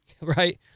right